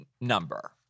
number